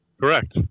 correct